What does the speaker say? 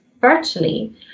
virtually